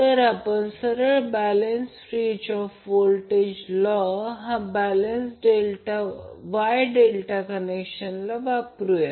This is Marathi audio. तर आपण सरळ बॅलेन्स क्रिर्चॉफ्स व्होल्टेज लॉ हा बॅलेन्स Y ∆ कनेक्शनला वापरूया